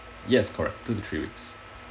yes correct two to three weeks